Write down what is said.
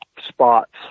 spots